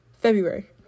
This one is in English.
February